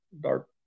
dark